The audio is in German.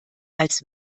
als